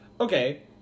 Okay